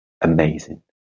amazing